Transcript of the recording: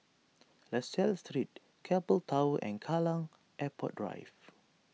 La Salle Street Keppel Towers and Kallang Airport Drive